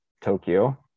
Tokyo